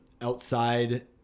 outside